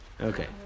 Okay